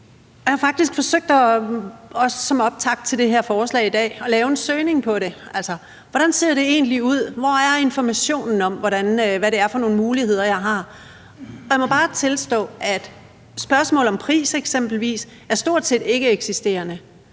det her forslag i dag, at lave en søgning på det. Altså, hvordan ser det egentlig ud? Hvor er informationen om, hvad det er for nogle muligheder, jeg har? Og jeg må bare tilstå, at spørgsmålet om pris eksempelvis er stort set ikkeeksisterende,